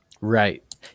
Right